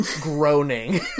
groaning